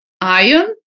iron